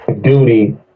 duty